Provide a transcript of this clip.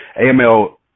AML